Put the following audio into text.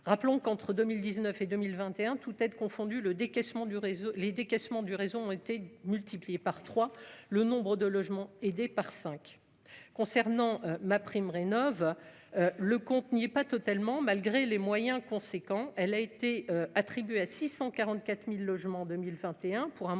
rappelons qu'entre 2000 19 et 2021 toutes aides confondues le décaissement du réseau, les décaissements du réseau ont été multipliés par 3 le nombre de logements aidés par 5 concernant MaPrimeRénov', le compte n'y est pas totalement malgré les moyens conséquents, elle a été attribué à 644000 logements 2021 pour un